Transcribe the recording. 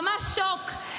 ממש שוק.